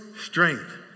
strength